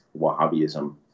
Wahhabism